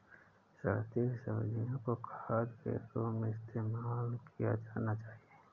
सड़ती हुई सब्जियां को खाद के रूप में इस्तेमाल किया जाना चाहिए